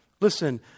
Listen